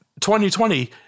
2020